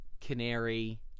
Canary